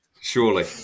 surely